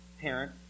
parent